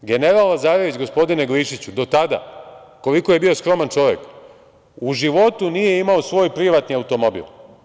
General Lazarević, gospodine Glišiću, do tada, koliko je bio skroman čovek, u životu nije imao svoj privatni automobil.